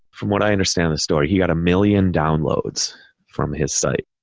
from what i understand the story, he got a million downloads from his site,